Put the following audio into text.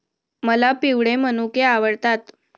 मला पिवळे मनुके आवडतात